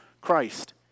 Christ